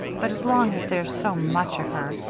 but as long as there's so much of her,